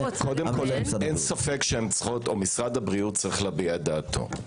-- אין ספק שמשרד הבריאות צריך להביע דעתו.